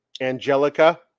Angelica